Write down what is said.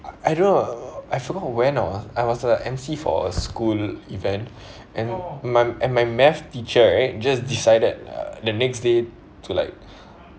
I I don't know I forgot when I was I was a M_C for a school event and my and my math teacher right just decided the next day to like